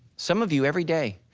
some of you every day,